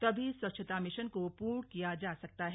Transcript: तभी स्वच्छता मिशन को पूर्ण किया जा सकता है